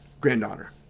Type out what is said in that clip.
Granddaughter